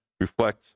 Reflect